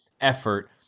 effort